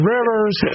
Rivers